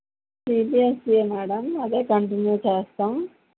Vijayasri madam అదే continue చేస్తాం